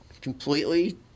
completely